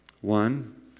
One